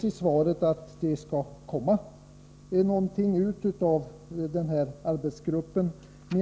I svaret sägs att arbetsgruppen kommer att lägga fram förslag.